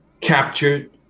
captured